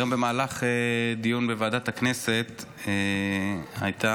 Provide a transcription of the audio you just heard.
היום במהלך דיון בוועדת הכנסת הייתה,